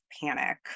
panic